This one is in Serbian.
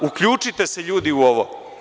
Uključite se ljudi u ovo.